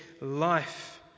life